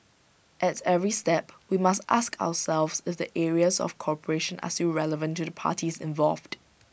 at every step we must ask ourselves if the areas of cooperation are still relevant to the parties involved